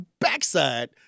backside